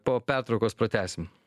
po pertraukos pratęsim